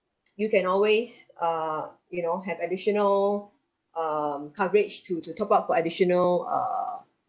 you can always err you know have additional um coverage to to top up for additional err